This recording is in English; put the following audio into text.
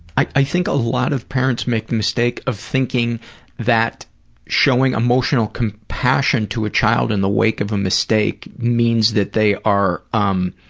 i think a lot of parents make the mistake of thinking that showing emotional compassion to a child in the wake of a mistake means that they are, um,